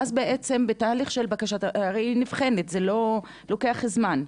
ואז בעצם תהליך הבחינה לוקח זמן,